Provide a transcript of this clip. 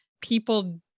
people